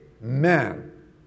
man